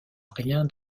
rien